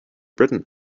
britain